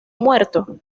muerto